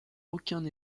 aucun